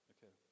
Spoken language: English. Okay